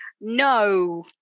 No